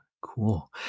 cool